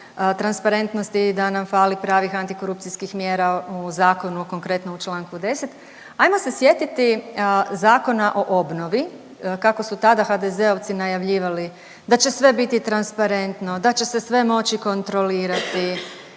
transparentnosti, da nam fali pravih antikorupcijskih mjera u zakonu konkretno u čl. 10., ajmo se sjetiti Zakona o obnovi kako su tada HDZ-ovci najavljivali da će sve biti transparentno, da će se sve moći kontrolirati.